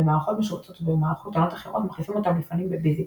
במערכות משובצות ומערכות קטנות אחרות מחליפים אותם לפעמים ב־BusyBox.